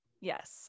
yes